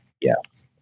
Yes